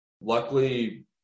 Luckily